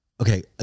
Okay